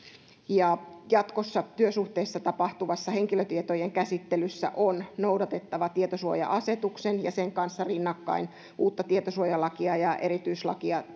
ja jatkossa työsuhteissa tapahtuvassa henkilötietojen käsittelyssä on noudatettava tietosuoja asetuksen kanssa rinnakkain uutta tietosuojalakia ja erityislakina